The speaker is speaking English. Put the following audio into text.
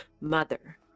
Mother